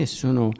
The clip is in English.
sono